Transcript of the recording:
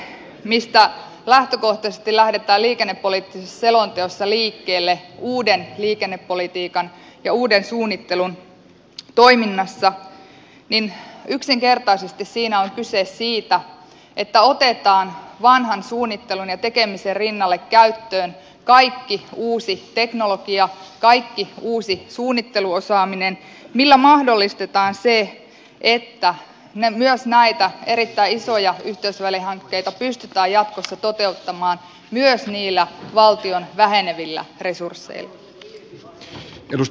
siinä mistä lähtökohtaisesti lähdetään liikennepoliittisessa selonteossa liikkeelle uuden liikennepolitiikan ja uuden suunnittelun toiminnassa yksinkertaisesti on kyse siitä että otetaan vanhan suunnittelun ja tekemisen rinnalle käyttöön kaikki uusi teknologia kaikki uusi suunnitteluosaaminen millä mahdollistetaan se että myös näitä erittäin isoja yhteysvälihankkeita pystytään jatkossa toteuttamaan myös niillä valtion vähenevillä resursseilla